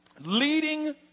leading